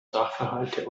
sachverhalte